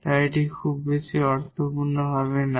তাই এটি খুব বেশি অর্থপূর্ণ হবে না